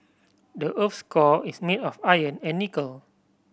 the earth's core is made of iron and nickel